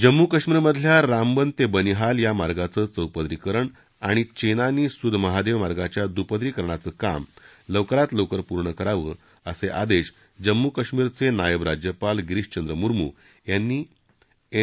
जम्मू कश्मीर मधल्या रामबन ते बनिहाल या मार्गाचं चौपदरीकरण आणि चेनानी सुधमहादेव मार्गाच्या दुपदरीकरणाचं काम लवकरात लवकर पूर्ण करावं असे आदेश जम्मू कश्मीर चे उपराज्यपाल गिरीश चंद्र मुर्म् यांनी एन